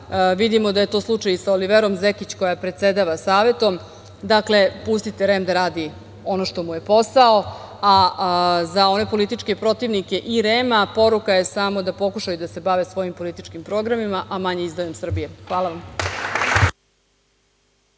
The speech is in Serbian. Vidimo da je to slučaj sa Oliverom Zekić koja predsedava Savetom. Dakle, pustite REM da radi ono što mu je posao, a za one političke protivnike i REM poruka je samo da pokušaju da se bave svojim političkim programima, a manje izdajom Srbije. Hvala vam.